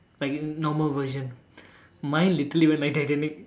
like in normal version mine literally went like Titanic